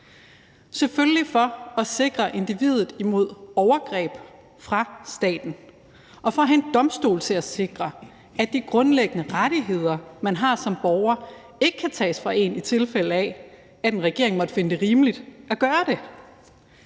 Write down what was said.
selvfølgelig for at sikre individet imod overgreb fra staten og for at have en domstol til at sikre, at de grundlæggende rettigheder, man har som borger, ikke kan tages fra en, i tilfælde af at en regering måtte finde det rimeligt at gøre det.